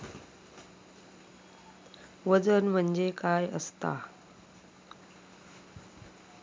वजन म्हणजे काय असता?